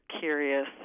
curious